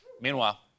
Meanwhile